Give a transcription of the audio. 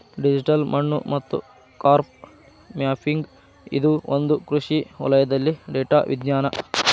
digital ಮಣ್ಣು ಮತ್ತು crop mapping ಇದು ಒಂದು ಕೃಷಿ ವಲಯದಲ್ಲಿ ಡೇಟಾ ವಿಜ್ಞಾನ